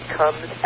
comes